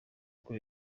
rwo